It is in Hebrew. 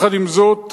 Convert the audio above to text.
עם זאת,